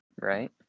right